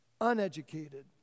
uneducated